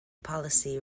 policy